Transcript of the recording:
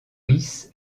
ris